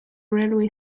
railway